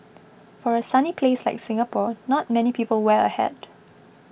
for a sunny place like Singapore not many people wear a hat